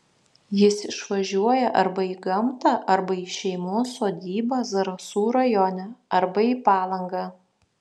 jis išvažiuoja arba į gamtą arba į šeimos sodybą zarasų rajone arba į palangą